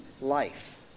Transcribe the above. life